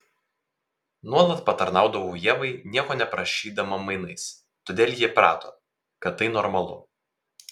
nuolat patarnaudavau ievai nieko neprašydama mainais todėl ji įprato kad tai normalu